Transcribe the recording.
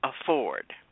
afford